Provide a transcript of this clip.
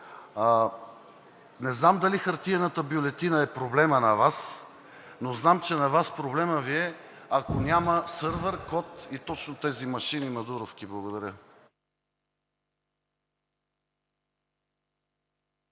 Не знам дали хартиената бюлетина е проблемът на Вас, но знам, че на Вас, проблемът Ви е ако няма сървър, код и точно тези машини мадуровки. Благодаря.